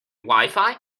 wifi